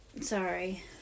Sorry